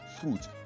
fruit